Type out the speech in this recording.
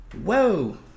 Whoa